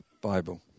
Bible